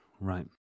right